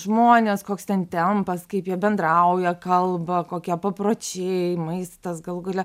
žmonės koks ten tempas kaip jie bendrauja kalba kokie papročiai maistas galų gale